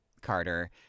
Carter